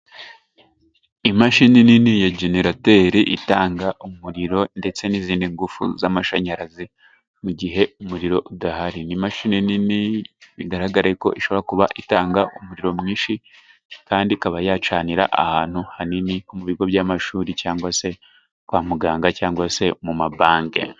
Imashini nini ya jenerateri itanga umuriro, ndetse n'izindi ngufu z'amashanyarazi mu gihe umuriro udahari. Ni imashini nini bigaragare ko ishobora kuba itanga umuriro mwinshi, kandi ikaba yacanira ahantu hanini mu bigo by'amashuri, cyangwa se kwa muganga, cyangwa se mu ma banke.